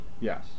Yes